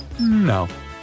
No